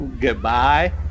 Goodbye